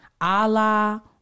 Allah